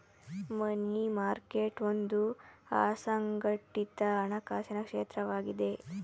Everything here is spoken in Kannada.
ಮನಿ ಮಾರ್ಕೆಟ್ ಒಂದು ಅಸಂಘಟಿತ ಹಣಕಾಸಿನ ಕ್ಷೇತ್ರವಾಗಿದೆ